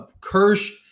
Kirsch